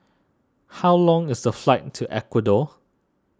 how long is the flight to Ecuador